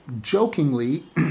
jokingly